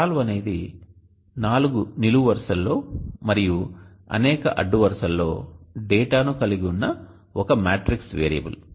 SOLVE అనేది నాలుగు నిలువు వరుసలలో మరియు అనేక అడ్డు వరుసలలో డేటా ను కలిగి ఉన్న ఒక మ్యాట్రిక్స్ వేరియబుల్